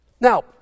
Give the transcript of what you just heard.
Now